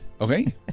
Okay